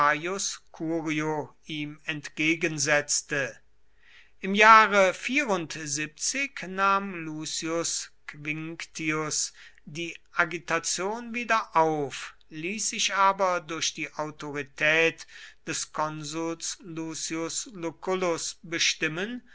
ihm entgegensetzte im jahre nahm lucius quinctius die agitation wieder auf ließ sich aber durch die autorität des konsuls lucius lucullus bestimmen